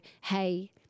Hey